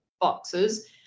boxes